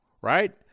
right